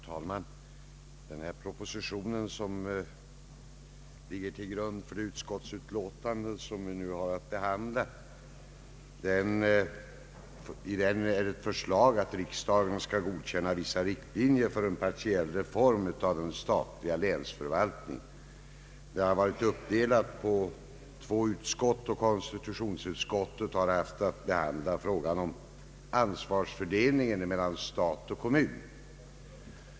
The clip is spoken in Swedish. Herr talman! I den proposition som ligger till grund för de utskottsutlåtanden som vi nu har att behandla föreslås att riksdagen skall godkänna vissa riktlinjer för en partiell reform av den statliga länsförvaltningen. Detta ärende har varit uppdelat på två utskott. Konstitutionsutskottet har haft att behandla frågan om ansvars fördelningen mellan stat och kommun.